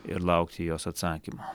ir laukti jos atsakymo